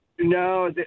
No